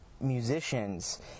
musicians